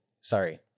sorry